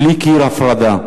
בלי קיר הפרדה.